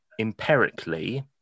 empirically